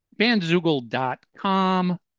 Bandzoogle.com